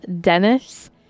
Dennis